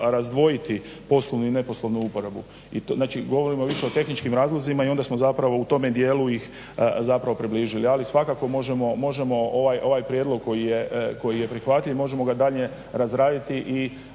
razdvojiti poslovnu i neposlovnu uporabu. Znači, govorimo više o tehničkim razlozima i onda smo zapravo u tome dijelu ih zapravo približili. Ali svakako možemo ovaj prijedlog koji je prihvatljiv možemo ga dalje razraditi i